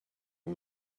you